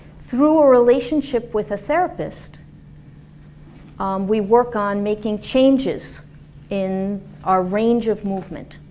through a relationship with a therapist we work on making changes in our range of movement.